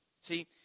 See